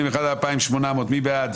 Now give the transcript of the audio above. רוויזיה על הסתייגויות 2560-2541, מי בעד?